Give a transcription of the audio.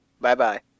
bye-bye